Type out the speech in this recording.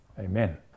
Amen